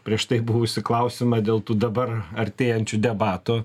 prieš tai buvusį klausimą dėl tų dabar artėjančių debatų